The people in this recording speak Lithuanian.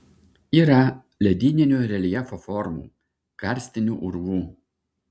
yra ledyninio reljefo formų karstinių urvų